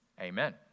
Amen